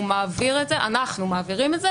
אנחנו מעבירים את זה